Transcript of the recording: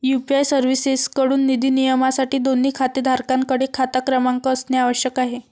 UPI सर्व्हिसेसएकडून निधी नियमनासाठी, दोन्ही खातेधारकांकडे खाता क्रमांक असणे आवश्यक आहे